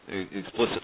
explicitly